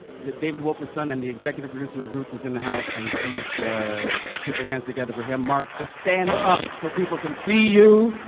the david wolper son and the executive producer of roots is in the house, and please put your hands together for him. mark, just stand up so people can see you.